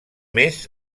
més